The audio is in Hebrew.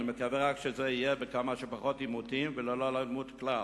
אני מקווה שזה יהיה בכמה שפחות עימותים וללא אלימות כלל.